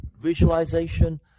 visualization